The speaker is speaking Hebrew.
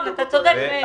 אמר את זה.